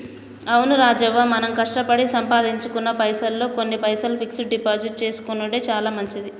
అవును రాజవ్వ మనం కష్టపడి సంపాదించుకున్న పైసల్లో కొన్ని పైసలు ఫిక్స్ డిపాజిట్ చేసుకొనెడు చాలా మంచిది